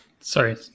Sorry